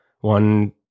One